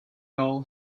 龙胆科